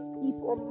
people